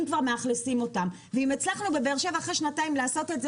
כבר מאכלסים אותן ואם הצלחנו בבאר שבע אחרי שנתיים לעשות את זה,